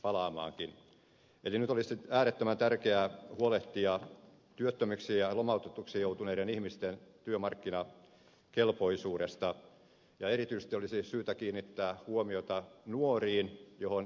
eli nyt olisi äärettömän tärkeää huolehtia työttömiksi ja lomautetuiksi joutuneiden ihmisten työmarkkinakelpoisuudesta ja erityisesti olisi syytä kiinnittää huomiota nuoriin mihin ed